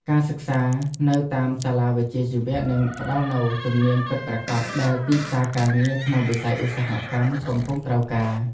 ការសិក្សានៅតាមសាលាវិជ្ជាជីវៈនឹងផ្តល់នូវជំនាញពិតប្រាកដដែលទីផ្សារការងារក្នុងវិស័យឧស្សាហកម្មកំពុងត្រូវការ។